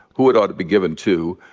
who it ought to be given to,